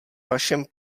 vašem